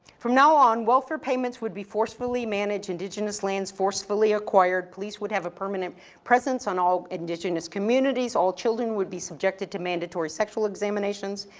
from now on, welfare payments would be forcibly managed, indigenous lands forcefully acquired. police would have a permanent presence on all indigenous communities, all children would be subjected to mandatory sexual examinations,